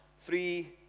Three